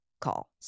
call